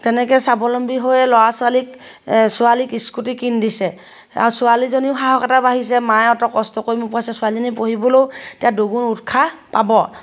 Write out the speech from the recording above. তেনেকৈ স্বাৱলম্বী হৈয়ে ল'ৰা ছোৱালীক ছোৱালীক স্কুটি কিনি দিছে আৰু ছোৱালীজনীও সাহস এটা বাঢ়িছে মায়ে অত কষ্ট কৰি মোক পঢ়াইছে ছোৱালীজনী পঢ়িবলৈও তে দুগুণ উৎসাহ পাব